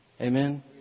Amen